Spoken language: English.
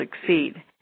succeed